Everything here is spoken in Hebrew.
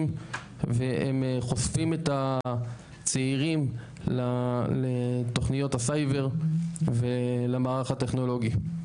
והם חושפים את הצעירים לתוכניות הסייבר ולמערך הטכנולוגי.